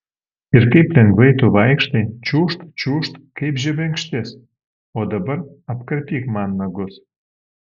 ir kaip lengvai tu vaikštai čiūžt čiūžt kaip žebenkštis o dabar apkarpyk man nagus